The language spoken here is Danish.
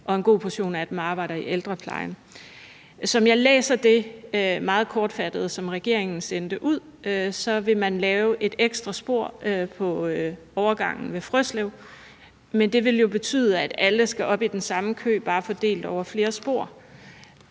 og en god portion af dem arbejder i ældreplejen. Som jeg læser det meget kortfattede, som regeringen sendte ud, vil man lave et ekstra spor på overgangen ved Frøslev, men det vil jo betyde, at alle skal ind i den samme kø, bare fordelt over flere spor.